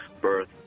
birth